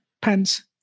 pants